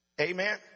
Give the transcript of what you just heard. Amen